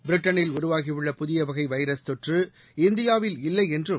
பிரிட்டனில் உருவாகியுள்ள புதிய வகை வைரஸ் தொற்று இந்தியாவில் இல்லை என்றும்